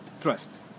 trust